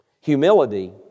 Humility